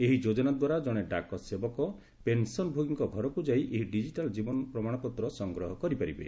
ଏହି ଯୋଜନା ଦ୍ୱାରା ଜଣେ ଡାକ ସେବକ ପେନ୍ସନ୍ ଭୋଗୀଙ୍କ ଘରକୁ ଯାଇ ଏହି ଡିଜିଟାଲ ଜୀବନ ପ୍ରମାଣପତ୍ର ଆଣିପାରିବେ